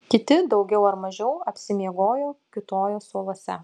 kiti daugiau ar mažiau apsimiegoję kiūtojo suoluose